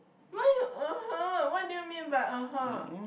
why you (uh huh) what do you mean by (uh huh)